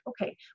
okay